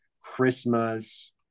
Christmas